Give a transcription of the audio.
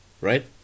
Right